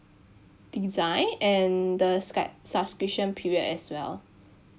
design and the scribe~ subscription period as well